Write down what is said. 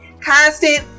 Constant